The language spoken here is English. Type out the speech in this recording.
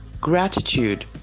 gratitude